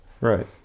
right